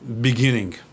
beginning